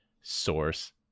source